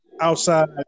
outside